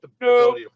no